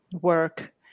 work